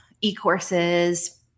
e-courses